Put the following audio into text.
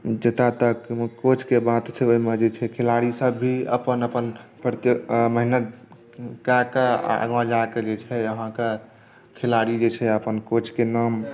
जतय तक कोचके बात छै ओहिमे जे छै खिलाड़ीसभ भी अपन अपन मेहनत कए कऽ आ आगाँ जा कऽ जे छै अहाँकेँ खिलाड़ी जे छै अपन कोचके नाम